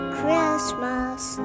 Christmas